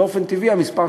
באופן טבעי לא לכולם יש,